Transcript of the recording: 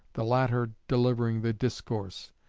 the latter delivering the discourse.